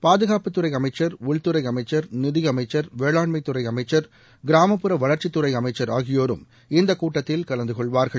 பாதுகாப்புத் துறை அமைச்சர் உள்துறை அமைச்சர் நிதி அமைச்சர் வேளாண்மை துறை அமைச்சர் கிராமப்புற வளா்ச்சித் துறை அமைச்சா் ஆகியோரும் இந்தக் கூட்டத்தில் கலந்து கொள்வாா்கள்